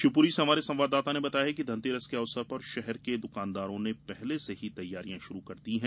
शिवपूरी से हमारे संवाददाता ने बताया है कि धनतेरस के अवसर पर शहर के द्वकानदारों ने पहले से ही तैयारियां शुरू कर दी थी